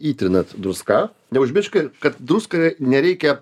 įtrinat druska neužmirškit kad druską nereikia